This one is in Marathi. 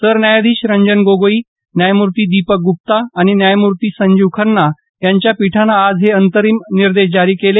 सरन्यायाधीश रंजन गोगोई न्यायमूर्ती दीपक ग्प्पा आणि न्यायमूर्ती संजीव खन्ना यांच्या पीठानं आज हे अंतरिम निर्देश जारी केले